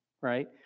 right